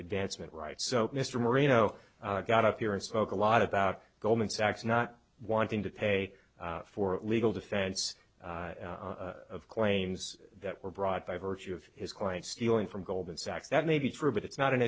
advancement rights so mr moreno got up here and smoke a lot about goldman sachs not wanting to pay for legal defense of claims that were brought by virtue of his client stealing from goldman sachs that may be true but it's not an